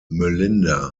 melinda